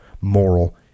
moral